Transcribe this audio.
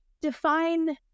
define